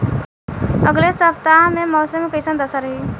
अलगे सपतआह में मौसम के कइसन दशा रही?